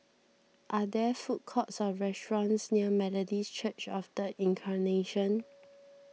are there food courts or restaurants near Methodist Church of the Incarnation